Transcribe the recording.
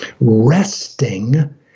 resting